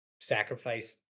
sacrifice